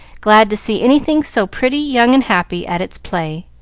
glad to see anything so pretty, young, and happy, at its play.